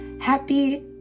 happy